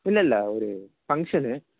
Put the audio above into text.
இல்லை இல்லை ஒரு ஃபங்க்ஷனு